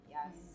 Yes